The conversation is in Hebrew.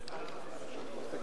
כן,